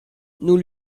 nous